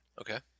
Okay